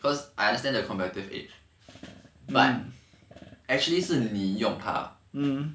cause I understand their competitive edge but actually 是利用他